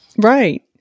Right